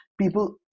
People